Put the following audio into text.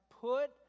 put